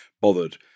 bothered